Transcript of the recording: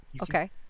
Okay